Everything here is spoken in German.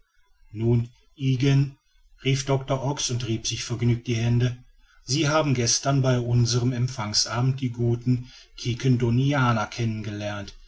nun ygen rief doctor ox und rieb sich vergnügt die hände sie haben gestern bei unserm empfangsabend die guten quiquendonianer